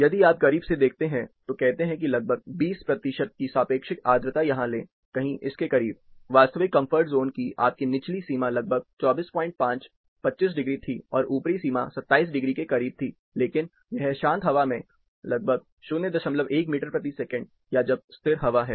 यदि आप करीब से देखते हैं तो कहते हैं कि लगभग 20 प्रतिशत की सापेक्षिक आर्द्रता यहां लें कहीं इसके करीब वास्तविक कम्फर्ट ज़ोन की आपकी निचली सीमा लगभग 245 25 डिग्री थी और ऊपरी सीमा 27 डिग्री के करीब थी लेकिन यह शांत हवा में है लगभग 01 मीटर प्रति सेकंड या जब स्थिर हवा है